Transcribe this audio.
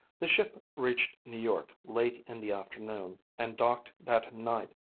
the ship reached new york late in the afternoon, and docked that night.